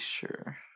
sure